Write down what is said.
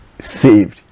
saved